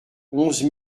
onze